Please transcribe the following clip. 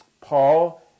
Paul